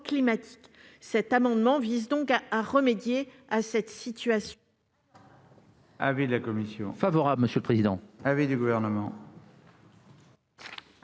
climatique. Cet amendement vise donc à remédier à un tel état